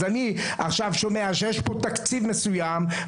אז אני עכשיו שומע שיש פה תקציב מסוים,